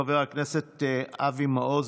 חבר הכנסת אבי מעוז,